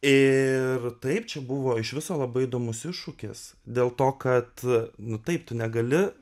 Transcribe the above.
ir taip čia buvo iš viso labai įdomus iššūkis dėl to kad nu taip tu negali